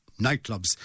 nightclubs